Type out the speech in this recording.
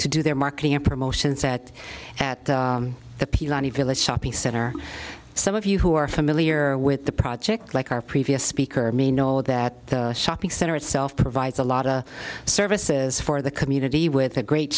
to do their marketing and promotion set at the pilani village shopping center some of you who are familiar with the project like our previous speaker may know that shopping center itself provides a lot of services for the community with a great